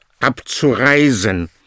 abzureisen